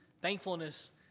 thankfulness